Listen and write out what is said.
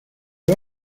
los